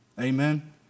Amen